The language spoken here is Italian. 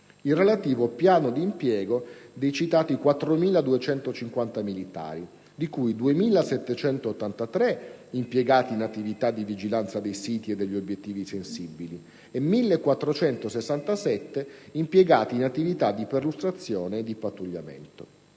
il relativo piano di impiego dei citati 4.250 militari, di cui 2.783 impiegati in attività di vigilanza dei siti e degli obiettivi sensibili e 1.467 impiegati in attività di perlustrazione e di pattugliamento.